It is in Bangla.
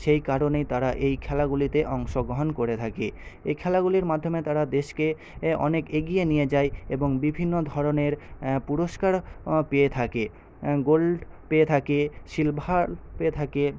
সেই কারণে তারা এই খেলাগুলিতে অংশগ্রহণ করে থাকে এই খেলাগুলির মাধ্যমে তারা দেশকে অনেক এগিয়ে নিয়ে যায় এবং বিভিন্ন ধরনের পুরস্কার পেয়ে থাকে গোল্ড পেয়ে থাকে সিলভার পেয়ে থাকে